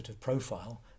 profile